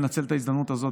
לנצל את ההזדמנות הזאת,